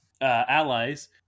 allies